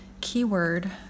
keyword